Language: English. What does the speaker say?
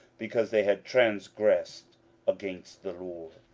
because they had transgressed against the lord,